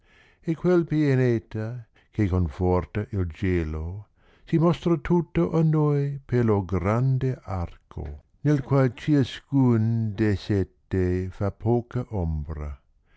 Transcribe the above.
e quel pianeta che conforta il gelo si mostra tutto a noi per lo grande arco nel qual ciascan de sette fa poca ombra